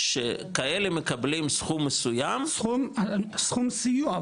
שכאלה מקבלים סכום מסוים --- סכום סיוע,